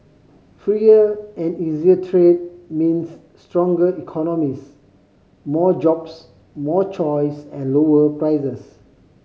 freer and easier trade means stronger economies more jobs more choice and lower prices